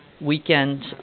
weekend